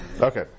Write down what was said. Okay